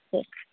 சரி